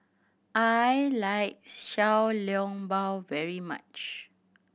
I like Xiao Long Bao very much